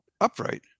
upright